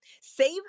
save